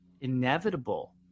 inevitable